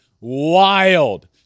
wild